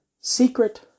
secret